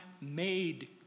made